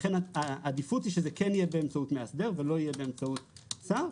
לכן העדיפות היא שזה כן יהיה באמצעות מאסדר ולא באמצעות שר.